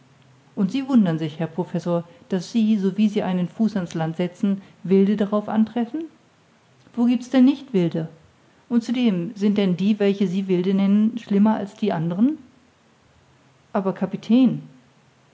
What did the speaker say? und sie wundern sich herr professor daß sie sowie sie einen fuß an's land setzen wilde darauf antreffen wo giebt's denn nicht wilde und zudem sind denn die welche sie wilde nennen schlimmer als die anderen aber kapitän